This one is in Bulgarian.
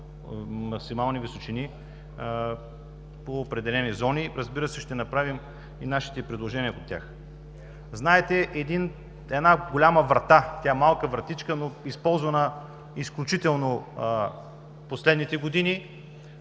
малка вратичка, но използвана изключително в последните години